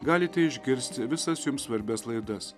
galite išgirsti visas jums svarbias laidas